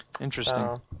interesting